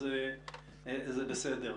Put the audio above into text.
זה בסדר.